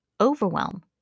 overwhelm